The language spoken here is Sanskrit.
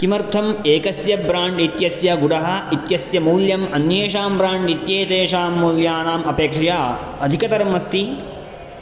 किमर्थम् एकस्य ब्राण्ड् इत्यस्य गुडः इत्यस्य मूल्यम् अन्येषां ब्राण्ड् इत्येतेषां मूल्यानाम् अपेक्षया अधिकतरम् अस्ति